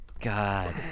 God